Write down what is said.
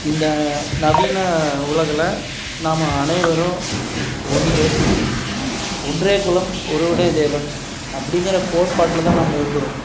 இந்த நவீன உலகில் நாம் அனைவரும் ஒன்று ஒன்றே குலம் ஒருவனே தேவன் அப்படிங்கிற கோட்பாட்டில் தான் நம்ம இருக்கிறோம்